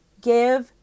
give